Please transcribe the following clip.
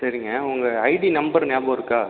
சரிங்க உங்கள் ID number இருக்கா